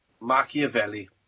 Machiavelli